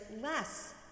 less